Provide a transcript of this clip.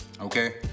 Okay